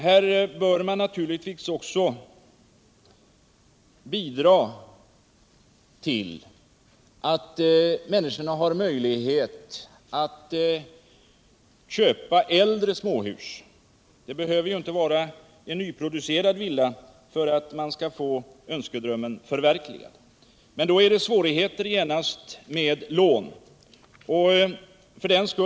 Här bör man naturligtvis också bidra till att ge människor möjlighet att köpa äldre småhus. Det behöver ju inte vara en nyproducerad villa för att man skall få önskedrömmen förverkligad. Men här blir det genast svårigheter med lån.